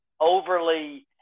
overly